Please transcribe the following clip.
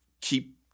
keep